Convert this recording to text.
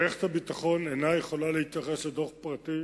מערכת הביטחון אינה יכולה להתייחס לדוח פרטי